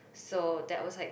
so that was like